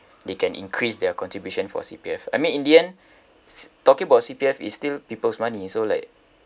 they can increase their contribution for C_P_F I mean in the end s~ talking about C_P_F is still people's money so like